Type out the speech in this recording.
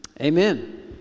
amen